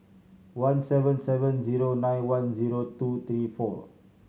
one seven seven zero nine one zero two three four